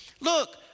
Look